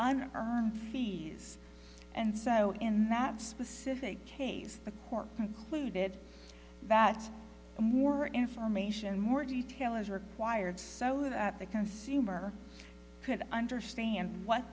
on fees and so in that specific case the court concluded that more information more detail is required so that the consumer could understand what